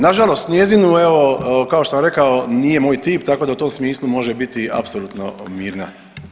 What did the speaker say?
Nažalost njezinu evo kao što sam rekao nije moj tip tako da u tom smislu može biti apsolutno mirna.